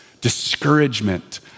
discouragement